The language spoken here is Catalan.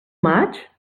maig